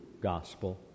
gospel